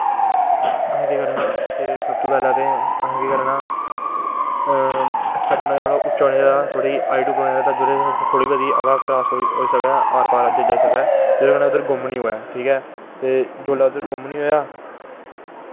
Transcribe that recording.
ते असैं केह् करनें सबतो पैह्लैं ते असैं केह् करनां शैड्ड उच्चा होना चाही दा जिसलै हला थोह्ड़ी आर पार जैाई सकै जेह्दे कन्नैंउद्धर गुम नी होऐ ठीक ऐ ते जिसलै उध्दर गुम नी होऐ